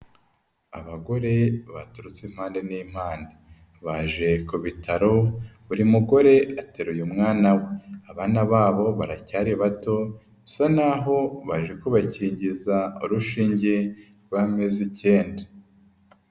Abagore baturutse impande n'impande, baje ku bitaro buri mugore ateruye mwana we, abana babo baracyari bato, bisa naho baje kubakigiza urushinge rw'amezi icyenda.